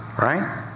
Right